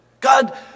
God